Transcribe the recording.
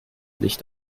licht